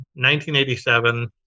1987